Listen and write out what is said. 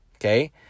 okay